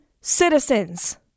citizens